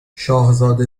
شاهزاده